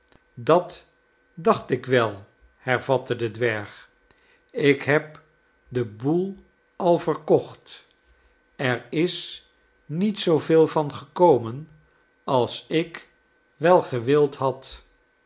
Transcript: dat dacht ik wel hervatte de dwerg ik heb den boel al verkocht er is niet zooveel van gekomen als ik wel gewild had